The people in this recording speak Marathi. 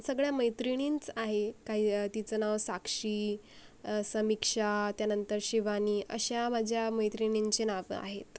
सगळ्या मैत्रिणींच आहे काही तिचं नाव साक्षी समीक्षा त्यानंतर शिवानी अशा माझ्या मैत्रिणींचे नावं आहेत